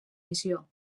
missió